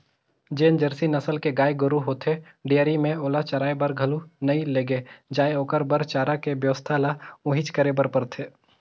जेन जरसी नसल के गाय गोरु होथे डेयरी में ओला चराये बर घलो नइ लेगे जाय ओखर बर चारा के बेवस्था ल उहेंच करे बर परथे